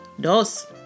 Dos